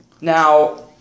Now